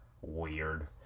Weird